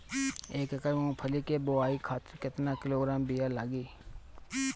एक एकड़ मूंगफली क बोआई खातिर केतना किलोग्राम बीया लागी?